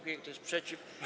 Kto jest przeciw?